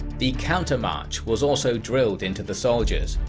the countermarch was also drilled into the soldiers,